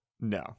No